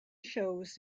shows